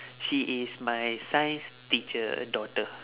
she is my science teacher daughter